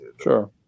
sure